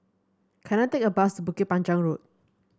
can I take a bus Bukit Panjang Road